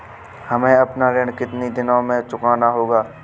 हमें अपना ऋण कितनी दिनों में चुकाना होगा?